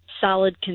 solid